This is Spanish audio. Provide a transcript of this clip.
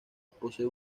posee